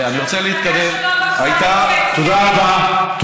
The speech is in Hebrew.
אני רוצה להתקדם, תודה רבה.